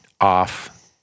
off